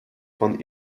von